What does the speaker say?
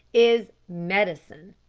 is medicine.